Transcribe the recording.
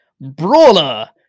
Brawler